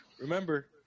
Remember